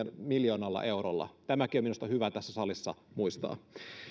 miljoonalla eurolla tämäkin on minusta hyvä tässä salissa muistaa